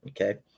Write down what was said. okay